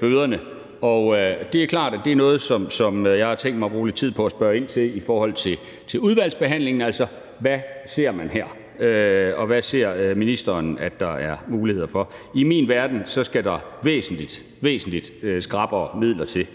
bøderne, og det er klart, at det er noget, som jeg har tænkt mig at bruge lidt tid på at spørge ind til i udvalgsbehandlingen: Altså, hvad ser man her? Og hvad ser ministeren at der er muligheder for? I min verden skal der væsentlig, væsentlig skrappere midler til.